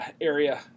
area